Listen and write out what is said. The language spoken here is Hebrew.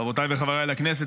חברותיי וחברי לכנסת,